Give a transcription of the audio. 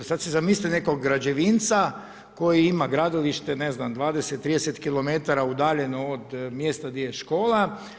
Sad si zamislite nekog građevinca koji ima gradilište, ne znam, 20, 30 km udaljeno od mjesta gdje je škola.